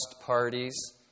parties